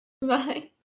Bye